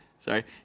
Sorry